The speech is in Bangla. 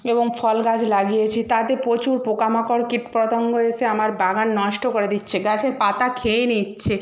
এবং ফল গাছ লাগিয়েছি তাতে প্রচুর পোকামাকড় কীটপতঙ্গ এসে আমার বাগান নষ্ট করে দিচ্ছে গাছের পাতা খেয়ে নিচ্ছে